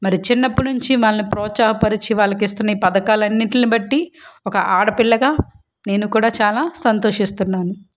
మరి చిన్నప్పటి నుంచి మనల్ని ప్రోత్సాహాపరిచి వాళ్ళకిస్తున్న పథకాలను బట్టి ఒక ఆడపిల్లగా నేను కూడా చాలా సంతోషిస్తున్నాను